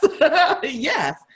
Yes